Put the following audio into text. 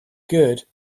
good